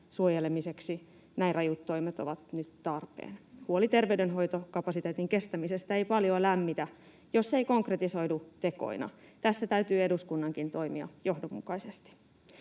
suojelemiseksi näin rajut toimet ovat nyt tarpeen. Huoli terveydenhoitokapasiteetin kestämisestä ei paljoa lämmitä, jos se ei konkretisoidu tekoina. Tässä täytyy eduskunnankin toimia johdonmukaisesti.